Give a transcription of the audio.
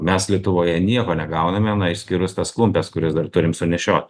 mes lietuvoje nieko negauname na išskyrus tas klumpes kurias dar turim sunešiot